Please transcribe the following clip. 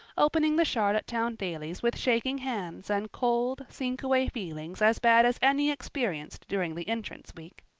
opening the charlottetown dailies with shaking hands and cold, sinkaway feelings as bad as any experienced during the entrance week.